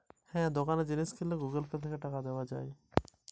দোকানে জিনিস কিনলে কি আমার গুগল পে থেকে টাকা দিতে পারি?